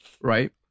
right